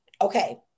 okay